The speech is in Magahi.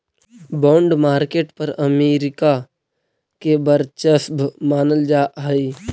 बॉन्ड मार्केट पर अमेरिका के वर्चस्व मानल जा हइ